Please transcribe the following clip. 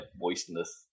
moistness